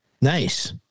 Nice